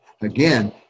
again